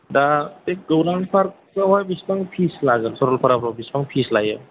दा बे गौरां पार्कआवहाय बेसेबां फिस लागोन सरलपाराफोराव बेसेबां फिस लायो